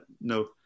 no